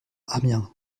amiens